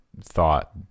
thought